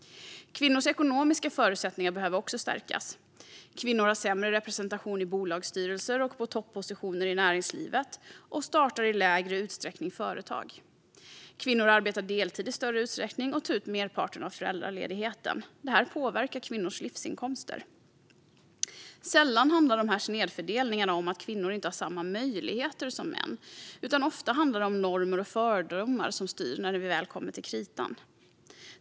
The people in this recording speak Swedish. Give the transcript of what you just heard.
Kvinnors ekonomiska förutsättningar behöver också stärkas. Kvinnor har sämre representation i bolagsstyreselser och på toppositioner i näringslivet och startar i mindre utsträckning företag. Kvinnor arbetar deltid i större utsträckning och tar ut merparten av föräldraledigheten. Det här påverkar kvinnors livsinkomster. Sällan handlar dessa snedfördelningar om att kvinnor inte har samma möjligheter som män, utan ofta handlar det om normer och fördomar som styr när det väl kommer till kritan.